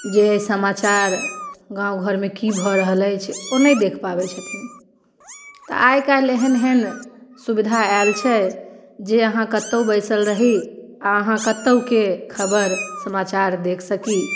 जे समाचार गाँव घरमे की भऽ रहल अछि ओ नहि देखि पाबै छथिन तऽ आइ काल्हि एहन एहन सुविधा आयल छै जे अहाँ कतौ बैसल रही अहाँ कतौके खबरि समाचार देखि सकी